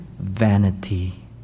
vanity